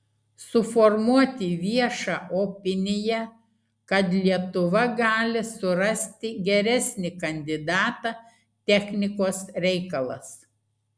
suformuoti viešą opiniją kad lietuva gali surasti geresnį kandidatą technikos reikalas